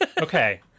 Okay